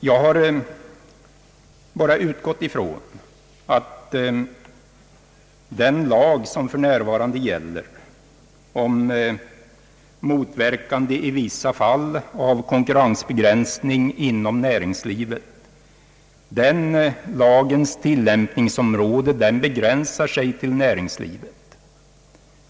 Jag har bara utgått ifrån att tillämpningsområdet för den lag, som för närvarande gäller om motverkande i vissa fall av konkurrensbegränsning inom näringslivet inskränker sig just till näringslivet.